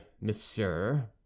monsieur